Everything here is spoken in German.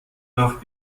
nach